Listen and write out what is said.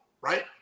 right